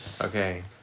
Okay